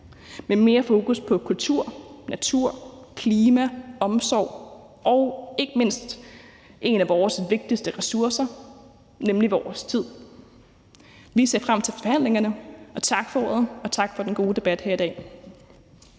med mere fokus på kultur, natur, klima, omsorg og ikke mindst en af vores vigtigste ressourcer, nemlig vores tid. Vi ser frem til forhandlingerne, og tak for ordet, og tak for den gode debat her i dag.